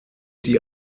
die